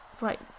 Right